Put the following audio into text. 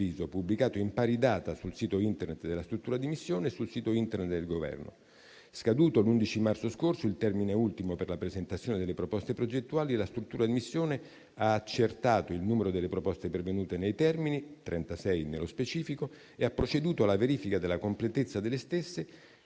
pubblicato in pari data sul sito Internet della struttura di missione e sul sito Internet del Governo. Scaduto l'11 marzo scorso il termine ultimo per la presentazione delle proposte progettuali, la struttura di missione ha accertato il numero delle proposte pervenute nei termini (36 nello specifico) e ha proceduto alla verifica della completezza delle stesse.